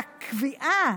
והקביעה,